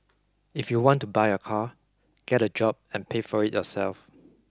if you want to buy a car get a job and pay for it yourself